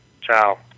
Ciao